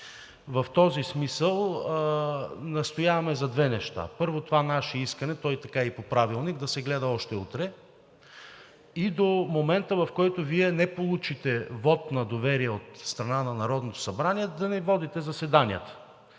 В този смисъл настояваме за две неща: първо, това наше искане, то е и така и по Правилник, да се гледа още утре и до момента, в който Вие не получите вот на доверие от страна на Народното събрание, да не водите заседанията,